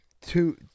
two